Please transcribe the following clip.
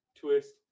twist